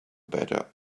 better